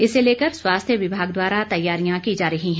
इसे लेकर स्वास्थ्य विभाग द्वारा तैयारियां की जा रही हैं